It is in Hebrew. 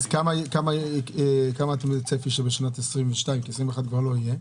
אז מה הצפי לשנת 22', כי ב-21' כבר לא יהיה?